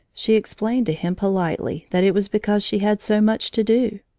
she explained to him politely that it was because she had so much to do.